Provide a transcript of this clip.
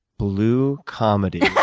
blue comedy.